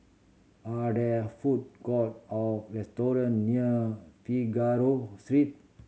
are there food court or restaurant near Figaro Street